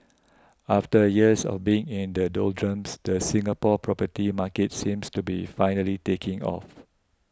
after years of being in the doldrums the Singapore property market seems to be finally taking off